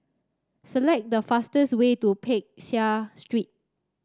select the fastest way to Peck Seah Street